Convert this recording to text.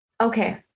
okay